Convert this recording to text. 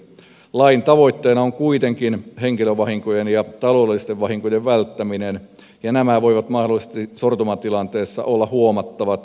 lain tavoitteena on kuitenkin henkilövahinkojen ja taloudellisten vahinkojen välttäminen ja nämä voivat mahdollisesti sortumatilanteessa olla huomattavat